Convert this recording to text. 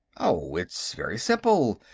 oh, it's very simple.